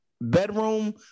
Bedroom